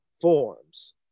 forms